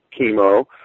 chemo